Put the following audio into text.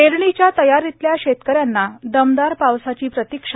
पेरणीच्या प्रतीक्षेतल्या शेतकऱ्यांना दमदार पावसाची प्रतीक्षा